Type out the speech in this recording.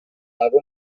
algun